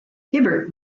hibbert